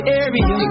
area